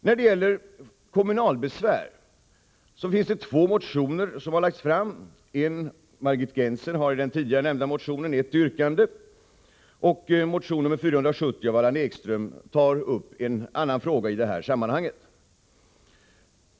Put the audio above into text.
När det gäller kommunalbesvär har det väckts två motioner. Margit Gennser har i den tidigare nämnda motionen ett yrkande, och motion 470 av Allan Ekström tar upp en annan fråga i det här sammanhanget.